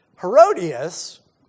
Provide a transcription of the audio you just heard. Herodias